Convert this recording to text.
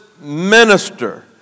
minister